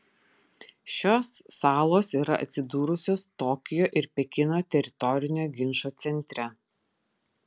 šios salos yra atsidūrusios tokijo ir pekino teritorinio ginčo centre